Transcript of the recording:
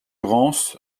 rance